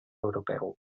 europeu